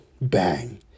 bang